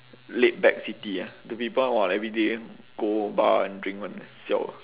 laidback city ah the people !wah! every day go bar and drink [one] siao ah